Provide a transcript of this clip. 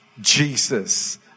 Jesus